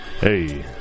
Hey